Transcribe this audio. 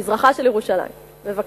מזרחה של ירושלים, בבקשה.